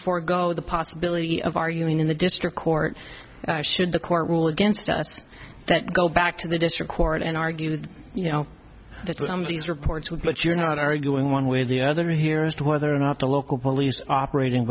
forego the possibility of arguing in the district court should the court rule against us that go back to the district court and argue that you know that some of these reports were but you're not arguing one way or the other here as to whether or not the local police operating